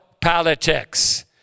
politics